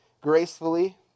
gracefully